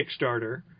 Kickstarter